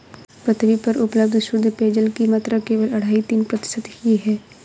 पृथ्वी पर उपलब्ध शुद्ध पेजयल की मात्रा केवल अढ़ाई तीन प्रतिशत ही है